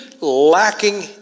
lacking